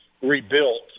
rebuilt